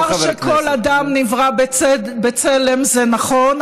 ולומר שכל אדם נברא בצלם זה נכון,